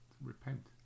repent